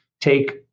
take